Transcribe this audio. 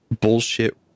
bullshit